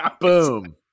Boom